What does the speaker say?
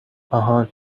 آهان